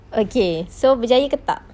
okay so berjaya ke tak